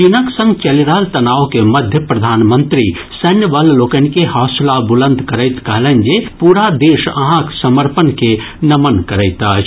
चीनक संग चलि रहल तनाव के मध्य प्रधानमंत्री सैन्य बल लोकनि के हौसलाबुलंद करैत कहलनि जे पूरा देश अहाँक समर्पण के नमन करैत अछि